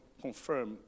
confirm